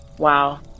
Wow